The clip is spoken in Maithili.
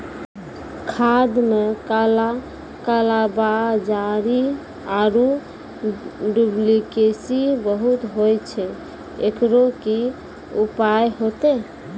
खाद मे काला कालाबाजारी आरु डुप्लीकेसी बहुत होय छैय, एकरो की उपाय होते?